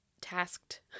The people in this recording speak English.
tasked